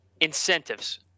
incentives